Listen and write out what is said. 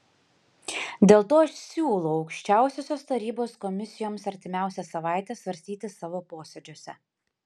dėl to aš siūlau aukščiausiosios tarybos komisijoms artimiausią savaitę svarstyti savo posėdžiuose